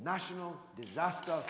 national disaster